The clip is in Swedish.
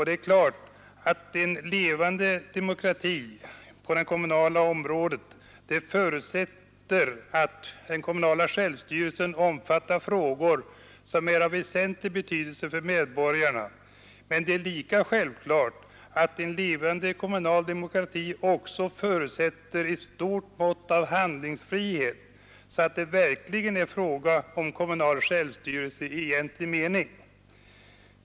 Det är klart att en levande demokrati på det kommunala området förutsätter att den kommunala självstyrelsen omfattar frågor som är av väsentlig betydelse för medborgarna, men det är lika självklart att en levande kommunal demokrati också förutsätter ett stort mått av handlingsfrihet — att det verkligen är fråga om självstyrelse i egentlig mening.